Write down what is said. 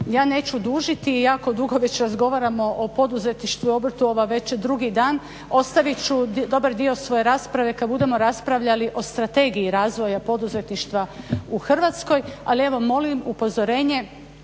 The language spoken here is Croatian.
ja neću dužiti iako već dugo razgovaramo o poduzetništvu i obrtu već drugi dan ostavit ću dobar dio svoje rasprave kada budemo raspravljali o strategiji razvoja poduzetništva u Hrvatskoj ali evo molim upozorenje